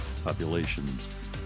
populations